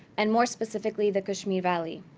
and more specifically, the kashmir valley.